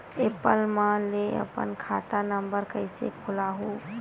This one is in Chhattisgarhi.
एप्प म ले अपन खाता नम्बर कइसे खोलहु?